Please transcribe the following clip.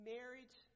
Marriage